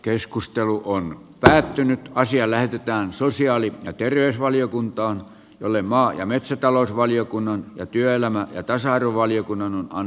keskustelu on päättynyt ja asia lähetetään sosiaali ja terveysvaliokuntaan jolle maa ja metsätalousvaliokunnan ja työelämä ja tasa arvovaliokunnan yhdessä